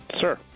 Sir